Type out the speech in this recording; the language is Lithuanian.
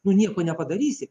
nuonieko nepadarysi